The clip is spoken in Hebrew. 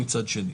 מצד שני.